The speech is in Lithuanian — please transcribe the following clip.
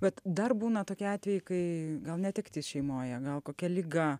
bet dar būna tokie atvejai kai gal netektis šeimoje gal kokia liga